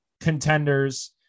contenders